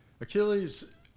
Achilles